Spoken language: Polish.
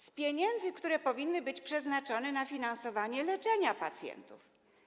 Z pieniędzy, które powinny być przeznaczone na finansowanie leczenia pacjentów.